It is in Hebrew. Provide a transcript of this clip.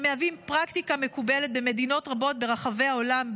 מהווים פרקטיקה מקובלת במדינות רבות ברחבי העולם,